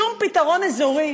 שום פתרון אזורי,